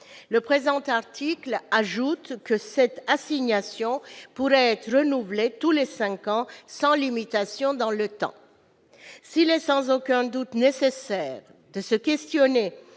Il est précisé que cette assignation pourrait être renouvelée tous les 5 ans, sans limitation dans le temps. S'il est sans aucun doute nécessaire de se questionner